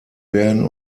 werden